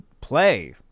play